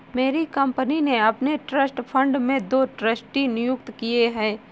मेरी कंपनी ने अपने ट्रस्ट फण्ड में दो ट्रस्टी नियुक्त किये है